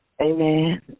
amen